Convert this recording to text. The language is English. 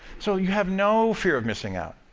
so you have no fear of missing out.